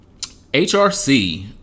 HRC